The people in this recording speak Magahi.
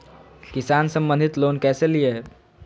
किसान संबंधित लोन कैसै लिये?